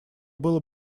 было